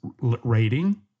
rating